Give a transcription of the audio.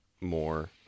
more